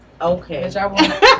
Okay